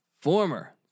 former